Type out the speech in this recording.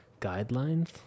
guidelines